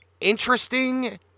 interesting